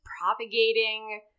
propagating